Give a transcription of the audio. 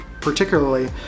particularly